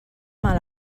mal